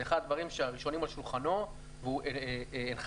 זה אחד הדברים הראשונים שעל שולחנו והוא הנחה